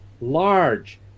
large